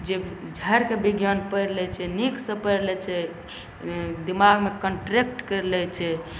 जे झारिकऽ विज्ञान पढ़ि लै छै नीकसँ पढ़ि लै छै दिमागमे कॉन्ट्रैक्ट करि लै छै